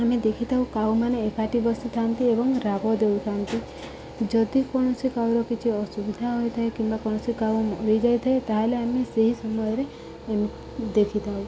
ଆମେ ଦେଖିଥାଉ କାଉମାନେ ଏକାଠି ବସିଥାନ୍ତି ଏବଂ ରାବ ଦେଉଥାନ୍ତି ଯଦି କୌଣସି କାଉର କିଛି ଅସୁବିଧା ହୋଇଥାଏ କିମ୍ବା କୌଣସି କାଉ ମରି ଯାଇଥାଏ ତା'ହେଲେ ଆମେ ସେହି ସମୟରେ ଦେଖିଥାଉ